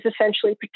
essentially